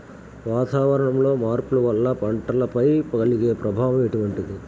వాతావరణంలో మార్పుల వల్ల పంటలపై కలిగే ప్రభావం ఎటువంటిది?